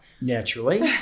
naturally